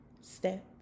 step